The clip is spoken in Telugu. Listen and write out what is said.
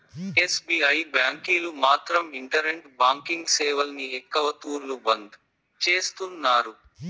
ఎస్.బి.ఐ బ్యాంకీలు మాత్రం ఇంటరెంట్ బాంకింగ్ సేవల్ని ఎక్కవ తూర్లు బంద్ చేస్తున్నారు